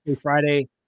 Friday